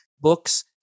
books